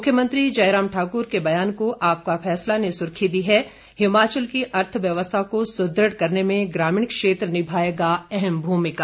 मुख्यमंत्री जयराम ठाकुर के बयान को आपका फैसला ने सुर्खी दी है हिमाचल की अर्थव्यवस्था को सुदृढ़ करने में ग्रामीण क्षेत्र निभाएगा अहम भूमिका